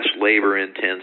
labor-intensive